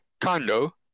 condo